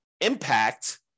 impact